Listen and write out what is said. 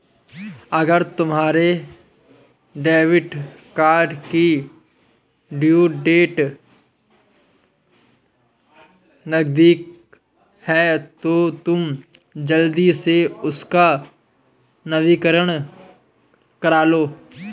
अगर तुम्हारे debit card की ड्यू डेट नज़दीक है तो तुम जल्दी से उसका नवीकरण करालो